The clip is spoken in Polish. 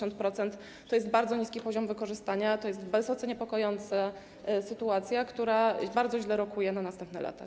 60–70% to jest bardzo niski poziom wykorzystania, to jest wysoce niepokojąca sytuacja, która bardzo źle rokuje na następne lata.